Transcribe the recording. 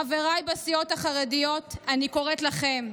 חבריי בסיעות החרדיות, אני קוראת לכם,